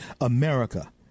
America